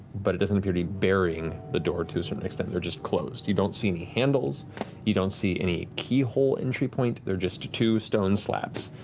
but it doesn't appear to be burying the door, to a certain extent. they're just closed. you don't see any handles you don't see any keyhole entry point. they're just two stone slabs.